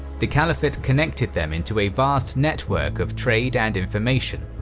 the caliphate connected them into a vast network of trade and information,